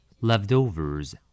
Leftovers